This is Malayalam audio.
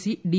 C D